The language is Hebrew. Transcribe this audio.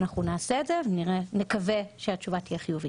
אנחנו נעשה את זה ונקווה שהתשובה תהיה חיובית.